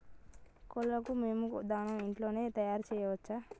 కోళ్లకు మేము దాణా ఇంట్లోనే తయారు చేసుకోవచ్చా?